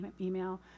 email